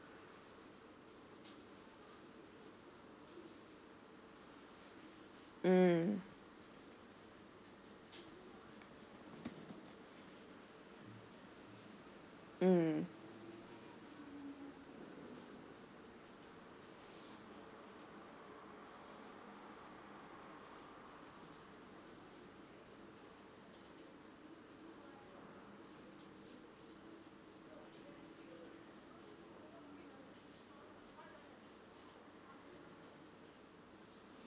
mm mm